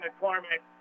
McCormick